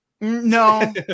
No